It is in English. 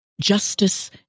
Justice